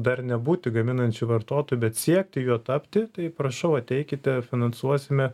dar nebūti gaminančiu vartotoju bet siekti juo tapti tai prašau ateikite finansuosime